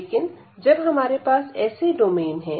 लेकिन जब हमारे पास ऐसे डोमेन है